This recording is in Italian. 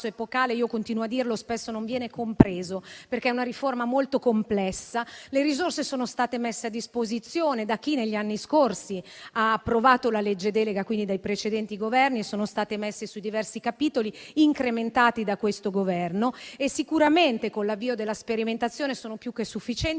epocale che, io continuo a dirlo, spesso non viene compreso, perché è una riforma molto complessa. Le risorse sono state messe a disposizione da chi negli anni scorsi ha approvato la legge delega, quindi dai precedenti Governi, e sono state messe sui diversi capitoli, incrementati da questo Governo. Sicuramente, con l'avvio della sperimentazione, sono più che sufficienti,